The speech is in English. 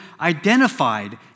identified